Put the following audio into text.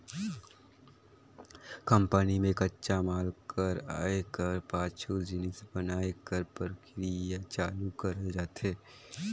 company में कच्चा माल कर आए कर पाछू जिनिस बनाए कर परकिरिया चालू करल जाथे